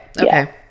Okay